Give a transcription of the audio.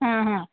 ಹಾಂ ಹಾಂ